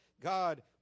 God